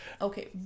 Okay